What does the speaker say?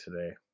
today